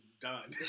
done